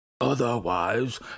Otherwise